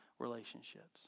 relationships